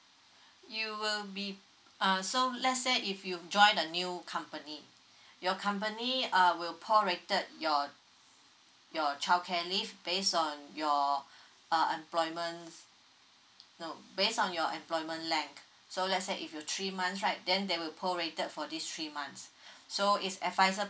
you will be err so let's say if you join a new company your company um will prorated your your childcare leave base on your uh employment no based on your employment length so let's say if you three months right then they will prorated for these three months so It's advised